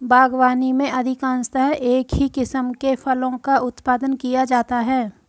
बागवानी में अधिकांशतः एक ही किस्म के फलों का उत्पादन किया जाता है